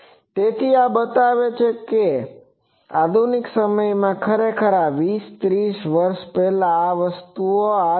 તેથી આ બતાવે છે કે આધુનિક સમયમાં ખરેખર આ 20 30 વર્ષ પહેલા આ પ્રકારની વસ્તુઓ આવી હતી